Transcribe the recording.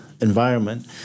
environment